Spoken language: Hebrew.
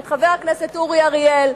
את חבר הכנסת אורי אריאל,